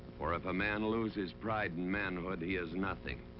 for if a man lose his pride and manhood, he is and nothing.